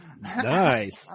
Nice